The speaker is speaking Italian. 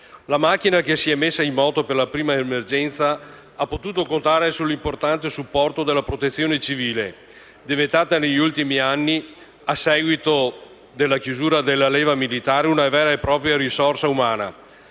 La macchina che si è messa il moto per la prima emergenza ha potuto contare sull'importante supporto della Protezione civile, diventata negli ultimi anni, a seguito dell'abolizione della leva militare, una vera e propria risorsa umana.